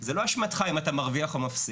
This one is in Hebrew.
זה לא אשמתך אם אתה מרוויח או מפסיד',